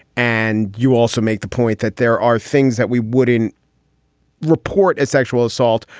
and you also make the point that there are things that we wouldn't report as sexual assault.